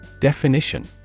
Definition